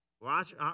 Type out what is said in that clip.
Watch